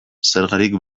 zergarik